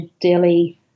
daily